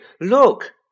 look